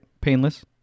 Painless